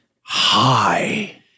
Hi